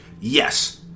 yes